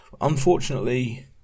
Unfortunately